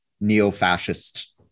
neo-fascist